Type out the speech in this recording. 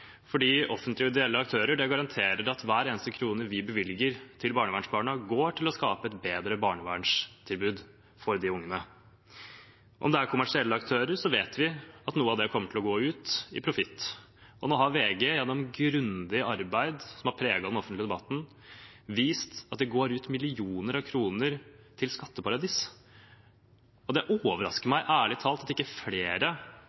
fordi offentlige og ideelle aktører garanterer at hver eneste krone vi bevilger til barnevernsbarna, går til å skape et bedre barnevernstilbud for de ungene. Om det er kommersielle aktører, vet vi at noe av det kommer til å gå ut i profitt. Nå har VG – gjennom grundig arbeid, som har preget den offentlige debatten – vist at det går ut millioner av kroner til skatteparadis, og det overrasker meg, ærlig talt, at ikke flere